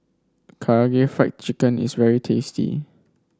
Karaage Fried Chicken is very tasty